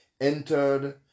entered